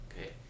Okay